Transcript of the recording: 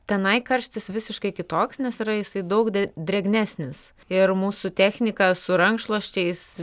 tenai karštis visiškai kitoks nes yra jisai daug drėgnesnis ir mūsų technika su rankšluosčiais